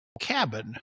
cabin